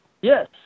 Yes